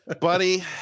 Buddy